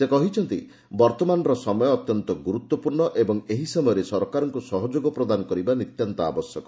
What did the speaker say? ସେ କହିଛନ୍ତି ବର୍ଭମାନର ସମୟ ଅତ୍ୟନ୍ତ ଗୁରୁତ୍ୱପୂର୍ଶ୍ର୍ଣ ଏବଂ ଏହି ସମୟରେ ସରକାରଙ୍କୁ ସହଯୋଗ ପ୍ରଦାନ କରିବା ନିତାନ୍ତ ଆବଶ୍ୟକ